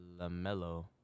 LaMelo